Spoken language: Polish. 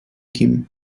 kim